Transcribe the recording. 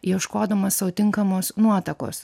ieškodamas sau tinkamos nuotakos